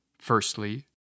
Firstly